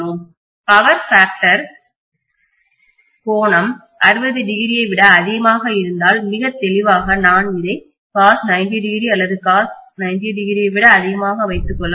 power ஃபேக்டர்சக்தி காரணி கோணம் 60o ஐ விட அதிகமாக இருந்தால் மிக தெளிவாக நான் இதை cos90o அல்லது cos90o ஐ விட அதிகமாக வைத்துக் கொள்ள போகிறேன்